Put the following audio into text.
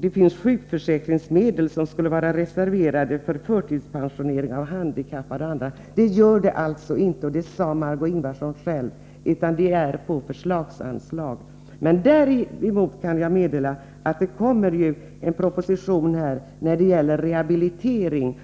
det finnas sjukförsäkringsmedel som var reserverade för förtidspensionering av handikappade och andra. Det gör det alltså inte, och det sade Marg6ö Ingvardsson själv. Det går på förslagsanslag. Däremot kan jag meddela att det kommer en proposition om rehabilitering.